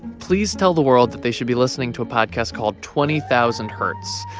please tell the world that they should be listening to a podcast called twenty thousand hertz.